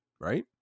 right